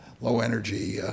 low-energy